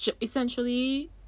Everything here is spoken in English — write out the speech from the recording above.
Essentially